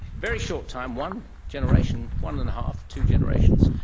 very short time, one generation, one and a half, two generations,